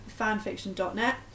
fanfiction.net